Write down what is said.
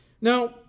Now